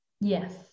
Yes